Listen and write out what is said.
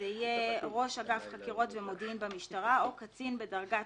ייאמר: "ראש אגף חקירות ומודיעין במשטרה או קצין בדרגת